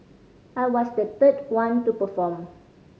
I was the third one to perform